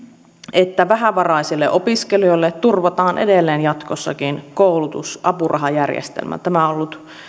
että vähävaraisille opiskelijoille turvataan edelleen jatkossakin koulutusapurahajärjestelmä tämä on ollut